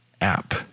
app